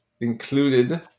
included